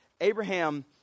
Abraham